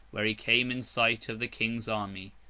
where he came in sight of the king's army.